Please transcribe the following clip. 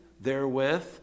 therewith